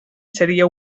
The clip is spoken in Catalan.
seria